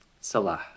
Salah